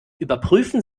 überprüfen